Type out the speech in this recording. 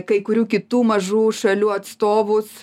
kai kurių kitų mažų šalių atstovus